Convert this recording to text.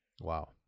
Wow